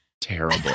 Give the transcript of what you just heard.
terrible